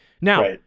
Now